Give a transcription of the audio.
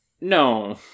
No